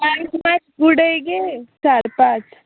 उडय गे चार पांच